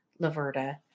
Laverta